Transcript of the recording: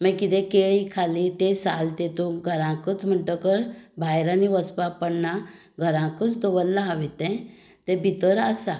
मागीर कितें केळी खाल्ली ते साल तातूंत घराकूच म्हणटकर भायर आनी वचपाक पडना घरांतूच दवरलां हांवें तें तें भितर आसा